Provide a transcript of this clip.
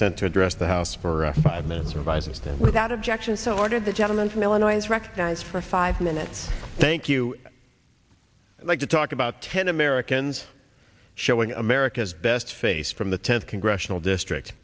consent to address the house for five minutes revised without objection so ordered the gentleman from illinois recognize for five minutes thank you like to talk about ten americans showing america's best face from the tenth congressional district